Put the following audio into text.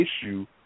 issue